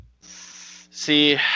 See